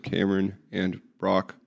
Cameronandbrock